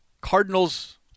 Cardinals